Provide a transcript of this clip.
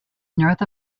north